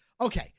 Okay